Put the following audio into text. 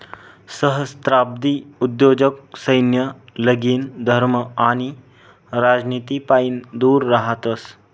सहस्त्राब्दी उद्योजक सैन्य, लगीन, धर्म आणि राजनितीपाईन दूर रहातस